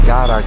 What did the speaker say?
God